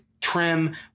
trim